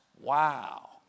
wow